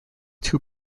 two